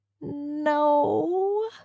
No